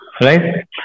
Right